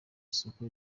isoko